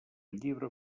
llibre